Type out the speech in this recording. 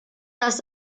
das